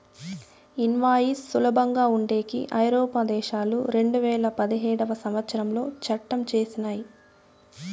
invoice సులభంగా ఉండేకి ఐరోపా దేశాలు రెండువేల పదిహేడవ సంవచ్చరంలో చట్టం చేసినయ్